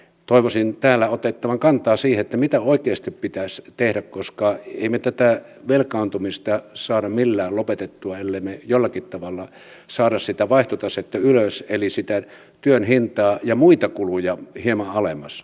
toivoisin täällä otettavan kantaa siihen mitä oikeasti pitäisi tehdä koska emme me tätä velkaantumista saa millään lopetettua ellemme jollakin tavalla saa sitä vaihtotasetta ylös eli sitä työn hintaa ja muita kuluja hieman alemmas